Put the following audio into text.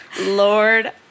Lord